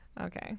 Okay